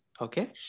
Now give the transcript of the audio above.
Okay